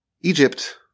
Egypt